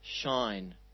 shine